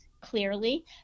clearly